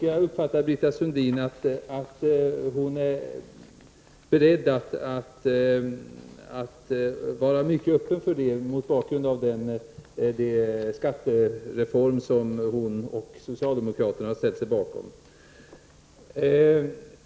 Jag uppfattar det som så att Britta Sundin är öppen för detta mot bakgrund av den skattereform som hon och socialdemokraterna ställt sig bakom.